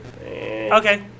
Okay